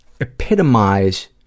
epitomize